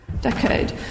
decade